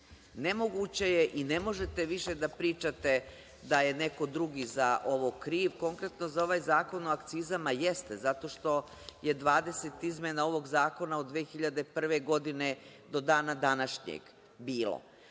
Srbije. Nemoguće je i ne možete više da pričate da je neko drugi za ovo kriv. Konkretno za ovaj Zakon o akcizama jeste, zato što je 20 izmena ovog zakona od 2001. godine do dana današnjeg bilo.